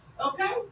Okay